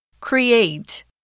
Create